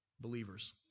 believers